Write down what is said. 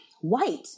white